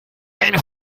ein